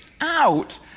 out